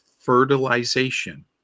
fertilization